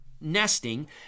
nesting